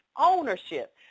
ownership